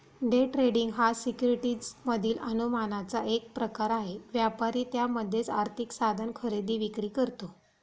day trading हा securities मधील अनुमानाचा एक प्रकार आहे, व्यापारी त्यामध्येच आर्थिक साधन खरेदी विक्री करतो